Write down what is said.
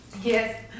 Yes